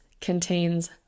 contains